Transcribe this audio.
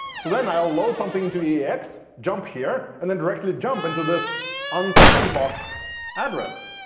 so then i'll load something into yeah ex, jump here, and then directly jump into this unsandboxed address.